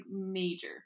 major